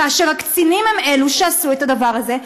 כאשר הקצינים הם אלו שעשו את הדבר הזה,